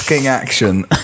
action